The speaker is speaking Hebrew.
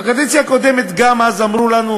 בקדנציה הקודמת גם אמרו לנו,